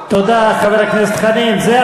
מה